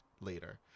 later